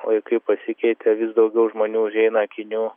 laikai pasikeitė vis daugiau žmonių užeina akinių